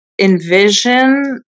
envision